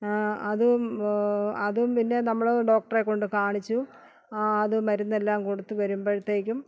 അതും അതും പിന്നെ നമ്മൾ ഡോക്ടറെ കൊണ്ട് കാണിച്ചു ആ അത് മരുന്നെല്ലാം കൊടുത്ത് വരുമ്പോഴ്ത്തേക്കും